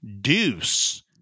Deuce